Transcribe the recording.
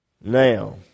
Now